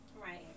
Right